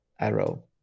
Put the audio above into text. arrow